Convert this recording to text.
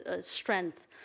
strength